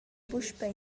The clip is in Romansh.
puspei